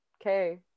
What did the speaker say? Okay